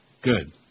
Good